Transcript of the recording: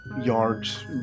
yards